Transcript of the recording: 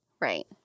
right